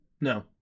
No